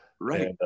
right